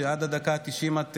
שעד הדקה התשעים את עובדת,